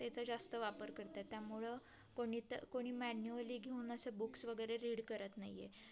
तेचा जास्त वापर करतात त्यामुळं कोणीत कोणी मॅन्युअली घेऊन असं बुक्स वगैरे रीड करत नाही आहे